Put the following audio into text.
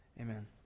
Amen